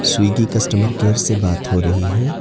Swiggy customer care سے بات ہو رہی ہے